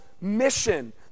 mission